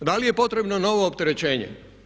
Da li je potrebno novo opterećenje?